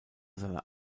seiner